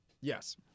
Yes